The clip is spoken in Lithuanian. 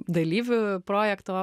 dalyvių projekto